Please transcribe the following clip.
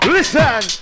Listen